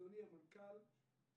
אדוני המנכ"ל,